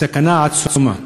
סכנה עצומה.